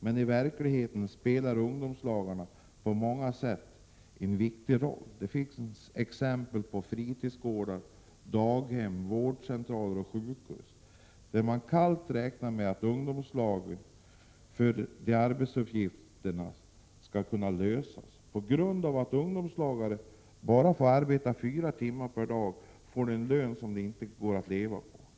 Men i verkligheten spelar ”ungdomslagare” på många ställen en viktig roll. Det finns exempel på fritidsgårdar, daghem, vårdcentraler och sjukhus där man kallt räknar med ungdomslag för att arbetsuppgifterna skall kunna lösas. På grund av att ”ungdomslagare” bara får arbeta fyra timmar per dag ges de en lön som det inte går att leva på.